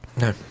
No